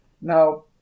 Now